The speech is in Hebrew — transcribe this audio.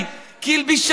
תגל נפשי באלוהי,